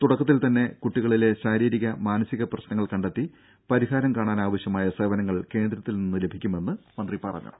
തുടക്കത്തിൽ തന്നെ കുട്ടികളിലെ ശാരീരിക മാനസിക പ്രശ്നങ്ങൾ കണ്ടെത്തി പരിഹാരം കാണാനാവശ്യമായ സേവനങ്ങൾ കേന്ദ്രത്തിൽ നിന്ന് ലഭിക്കുമെന്ന് മന്ത്രി പറഞ്ഞു